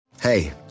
hey